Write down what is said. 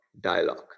dialogue